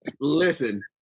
listen